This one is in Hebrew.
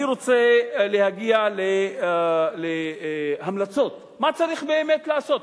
אני רוצה להגיע להמלצות מה צריך באמת לעשות.